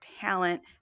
talent